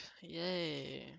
yay